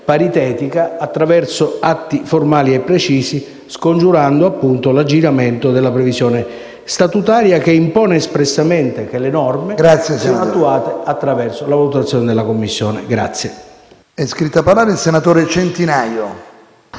paritetica attraverso atti formali e precisi, scongiurando, appunto, l'aggiramento della previsione statutaria che impone espressamente che le norme siano attuate attraverso la valutazione della Commissione.